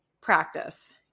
practice